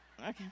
Okay